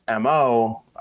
mo